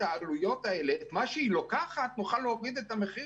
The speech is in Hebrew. העלויות אז אנחנו נוכל להוריד את המחיר